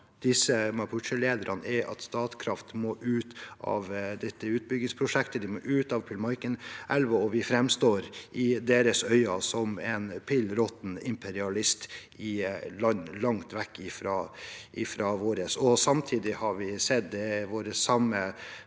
fra mapuche-lederne er at Statkraft må ut av dette utbyggingsprosjektet, de må ut av elva Pilmaiquen, og vi framstår i deres øyne som en pill råtten imperialist i land langt vekk fra vårt eget. Samtidig har vi sett det samme